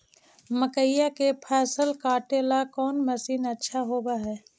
मकइया के फसल काटेला कौन मशीन अच्छा होव हई?